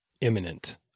imminent